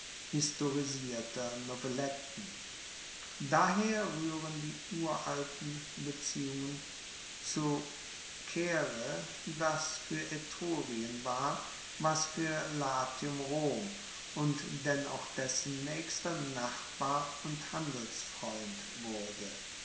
historisierter novelletten daher ruehren die uralten beziehungen zu caere das fuer etrurien war was fuer latium rom und denn auch dessen naechster nachbar und handelsfreund wurde